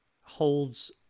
holds